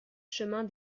chemin